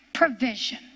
provision